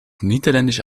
niederländische